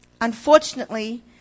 Unfortunately